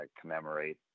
commemorate